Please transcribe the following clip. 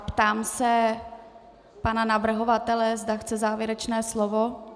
Ptám se pana navrhovatele, zda chce závěrečné slovo.